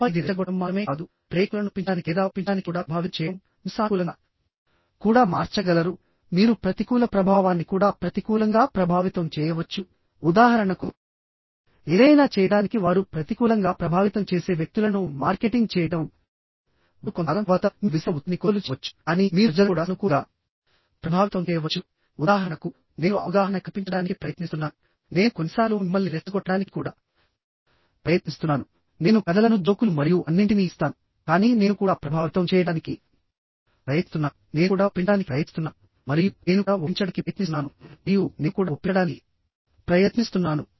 ఆపై ఇది రెచ్చగొట్టడం మాత్రమే కాదుప్రేక్షకులను ఒప్పించడానికి లేదా ఒప్పించడానికి కూడా ప్రభావితం చేయడంమీరు సానుకూలంగా కూడా మార్చగలరుమీరు ప్రతికూల ప్రభావాన్ని కూడా ప్రతికూలంగా ప్రభావితం చేయవచ్చు ఉదాహరణకుఏదైనా చేయడానికి వారు ప్రతికూలంగా ప్రభావితం చేసే వ్యక్తులను మార్కెటింగ్ చేయడం వారు కొంతకాలం తర్వాత మీరు విసిరిన ఉత్పత్తిని కొనుగోలు చేయవచ్చు కానీ మీరు ప్రజలను కూడా సానుకూలంగా ప్రభావితం చేయవచ్చు ఉదాహరణకు నేను అవగాహన కల్పించడానికి ప్రయత్నిస్తున్నాను నేను కొన్నిసార్లు మిమ్మల్ని రెచ్చగొట్టడానికి కూడా ప్రయత్నిస్తున్నాను నేను కథలను జోకులు మరియు అన్నింటినీ ఇస్తానుకానీ నేను కూడా ప్రభావితం చేయడానికి ప్రయత్నిస్తున్నాను నేను కూడా ఒప్పించడానికి ప్రయత్నిస్తున్నాను మరియు నేను కూడా ఒప్పించడానికి ప్రయత్నిస్తున్నాను మరియు నేను కూడా ఒప్పించడానికి ప్రయత్నిస్తున్నాను